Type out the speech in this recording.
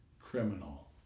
criminal